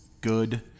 good